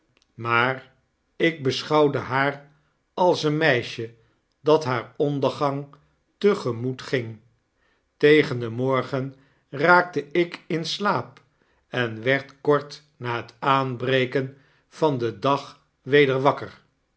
maar ik beschouwde haar als een meisje dat haar ondergang te gemoet ging tegen den morgen raakte ik in slaap en werd kort na het aanbreken van den dag weder wakker